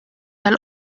tal